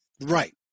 right